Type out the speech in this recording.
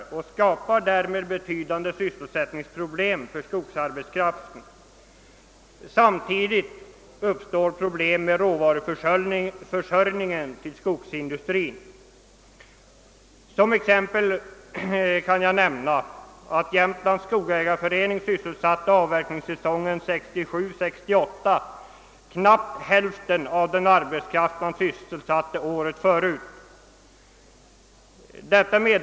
Därmed skapas betydande sysselsättningsproblem för skogsarbetskraften. Samtidigt uppstår problem med råvaruförsörjningen för skogsindustrin. Som exempel kan jag nämna att Jämtlands skogsägareförening sysselsatte avverkningssäsongen 1967— 1968 knappt hälften av den arbetskraft som sysselsattes föregående säsong.